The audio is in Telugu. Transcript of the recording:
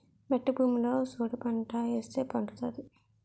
మెట్ట భూమిలో సోడిపంట ఏస్తే పండుతాది